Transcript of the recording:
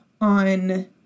on